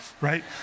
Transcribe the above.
right